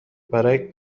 برای